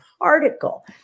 particle